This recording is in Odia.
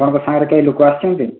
ଆପଣଙ୍କ ସାଙ୍ଗରେ କେଉଁ ଲୋକ ଆସିଛନ୍ତି